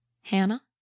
Hannah